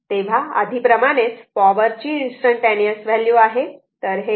तेव्हा आधी प्रमाणेच पॉवर ची इंस्टंटेनिअस व्हॅल्यू आहे